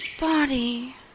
body